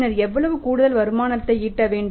பின்னர் எவ்வளவு கூடுதல் வருமானத்தை ஈட்ட வேண்டும்